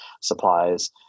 supplies